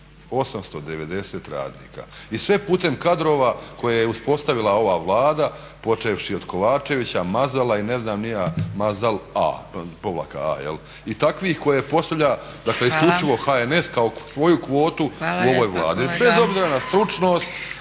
890 radnika. I sve putem kadrova koje je uspostavila ova Vlada, počevši od Kovačevića, Mazala i ne znam ni ja Mazal-a jel' i takvih koje postavlja dakle isključivo HNS kao svoju kvotu u ovoj Vladi. Bez obzira na stručnost,